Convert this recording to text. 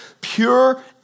pure